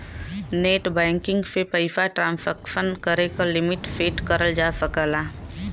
net banking से पइसा transaction करे क लिमिट सेट करल जा सकला